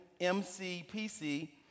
MCPC